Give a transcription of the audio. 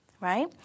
right